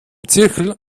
zirkel